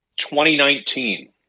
2019